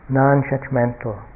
non-judgmental